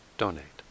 donate